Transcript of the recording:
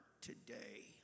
today